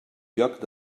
lloc